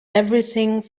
everything